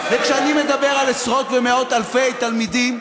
וכשאני מדבר על עשרות ומאות אלפי תלמידים,